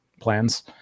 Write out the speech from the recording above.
plans